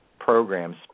Programs